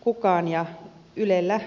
ucania ylellä